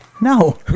No